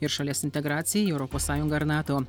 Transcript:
ir šalies integracijai į europos sąjungą ir nato